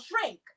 shrink